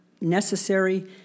necessary